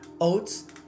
Oats